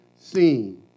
seen